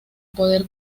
poder